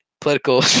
political